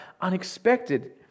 unexpected